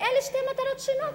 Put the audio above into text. ואלה שתי מטרות שונות,